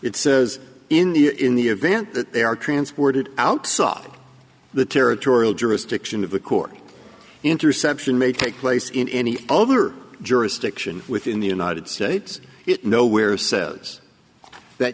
it says in the in the event that they are transported out saw the territorial jurisdiction of the court interception may take place in any other jurisdiction within the united states it nowhere says that